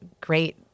great